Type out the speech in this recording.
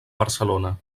barcelona